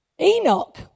Enoch